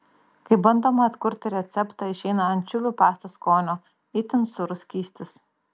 kai bandoma atkurti receptą išeina ančiuvių pastos skonio itin sūrus skystis